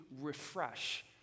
refresh